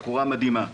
בחורה מדהימה,